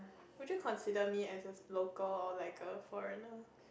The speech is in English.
would you consider me as a local or like a foreigner